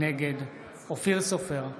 נגד אופיר סופר,